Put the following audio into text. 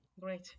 Great